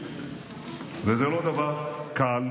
וזה לא דבר קל.